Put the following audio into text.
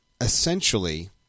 essentially